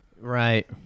Right